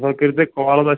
وۄنۍ کٔرو توہہِ کال